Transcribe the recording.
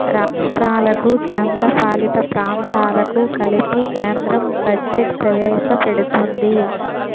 రాష్ట్రాలకు కేంద్రపాలిత ప్రాంతాలకు కలిపి కేంద్రం బడ్జెట్ ప్రవేశపెడుతుంది